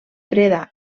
freda